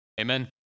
Amen